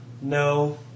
No